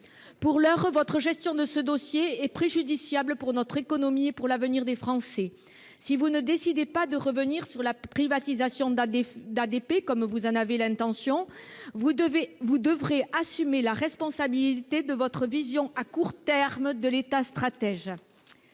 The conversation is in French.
Pour l'heure, votre gestion de ce dossier est préjudiciable à notre économie et à l'avenir des Français. Si vous décidez de ne pas revenir sur la privatisation d'ADP, comme vous en avez l'intention, vous devrez assumer la responsabilité de votre vision à court terme de l'État stratège.